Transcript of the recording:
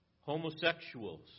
Homosexuals